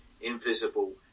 invisible